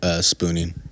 spooning